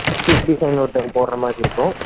security sign ஒருத்தவங்க போடுகிற மாதிரி இருக்கும்